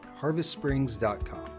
HarvestSprings.com